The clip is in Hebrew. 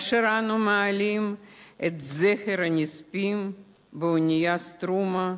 כאשר אנו מעלים את זכר הנספים באונייה "סטרומה",